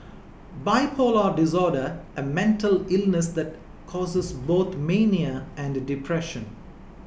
bipolar disorder a mental illness that causes both mania and depression